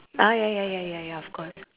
ah ya ya ya ya ya of course